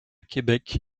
québec